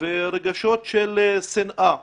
ורגשות של שנאה